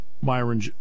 Myron